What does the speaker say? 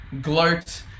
Gloat